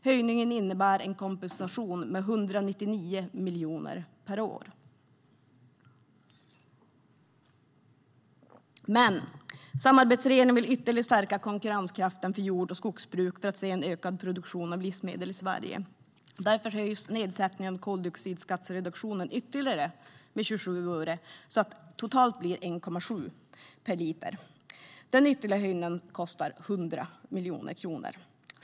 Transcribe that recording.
Höjningen innebär en kompensation med 199 miljoner kronor per år. Samarbetsregeringen vill ytterligare stärka konkurrenskraften för jord och skogsbruket för att se en ökad produktion av livsmedel i Sverige. Därför höjs nedsättningen av koldioxidskatteredaktionen ytterligare med 27 öre så att den totalt blir 1,70 kronor per liter. Den ytterligare höjningen kostar 100 miljoner kronor.